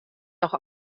noch